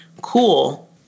cool